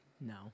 No